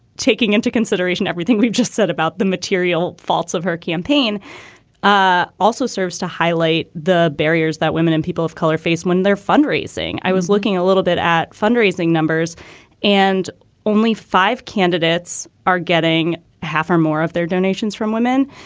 taking into consideration everything we've just said about the material faults of her campaign ah also serves to highlight the barriers that women and people of color face when they're fundraising. i was looking a little bit at fundraising numbers and only five candidates are getting half or more of their donations from women.